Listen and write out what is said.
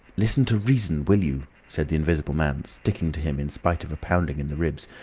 listen to reason, will you? said the invisible man, sticking to him in spite of a pounding in the ribs.